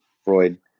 Freud